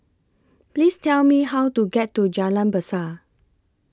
Please Tell Me How to get to Jalan Berseh